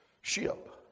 ship